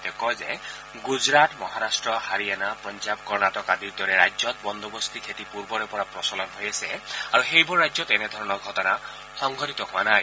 তেওঁ কয় যে গুজৰাট মহাৰাট্ট হাৰিয়ানা পঞ্জাৱ কৰ্ণাটক আদিৰ দৰে ৰাজ্যত বন্দোবস্তি খেতি পূৰ্বৰে পৰা প্ৰচলন হৈ আছে আৰু সেইবোৰ ৰাজ্যত এনেধৰণৰ ঘটনা সংঘটিত হোৱা নাই